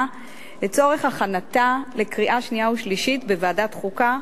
לצורך הכנתה לקריאה שנייה ושלישית בוועדת החוקה,